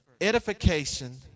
edification